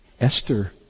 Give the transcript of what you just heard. Esther